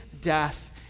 death